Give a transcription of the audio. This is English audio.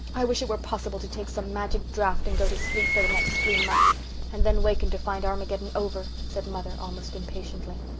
i wish it were possible to take some magic draught and go to sleep for the next three months and then waken to find armageddon over said mother, almost impatiently.